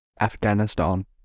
Afghanistan